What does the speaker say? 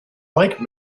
like